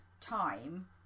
time